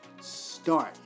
Start